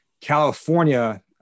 California